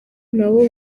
nabo